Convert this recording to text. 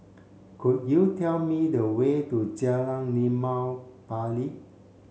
could you tell me the way to Jalan Limau Bali